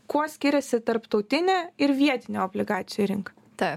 kuo skiriasi tarptautinė ir vietinė obligacijų rinka